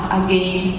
again